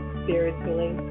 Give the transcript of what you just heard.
spiritually